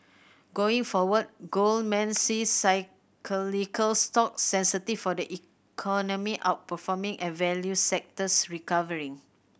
going forward Goldman sees cyclical stocks sensitive for the economy outperforming and value sectors recovering